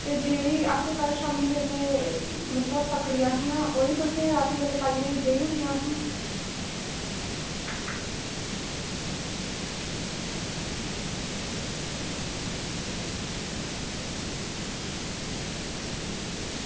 ते जेह्ड़ी अस कल शामी बेल्ले मतलब पकड़ियां हियां ओह् बी तुसें राती बेल्लै पाइयै देई ओड़ियां ही